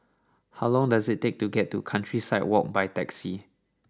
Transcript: how long does it take to get to Countryside Walk by taxi